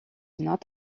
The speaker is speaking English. not